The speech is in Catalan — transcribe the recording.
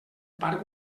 parc